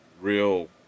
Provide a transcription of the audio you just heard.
real